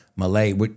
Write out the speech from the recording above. Malay